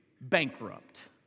bankrupt